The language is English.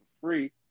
free